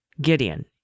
Gideon